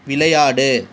விளையாடு